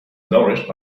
nourished